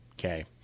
okay